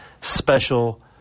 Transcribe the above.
special